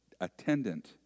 attendant